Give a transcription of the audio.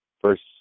first